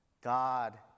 God